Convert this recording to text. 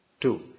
Two